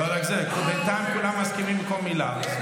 לא רק זה, בינתיים כולם מסכימים לכל מילה.